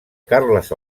carles